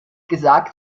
gesagt